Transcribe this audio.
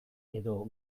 edo